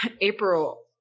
April